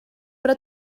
però